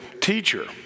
teacher